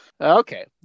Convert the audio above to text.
Okay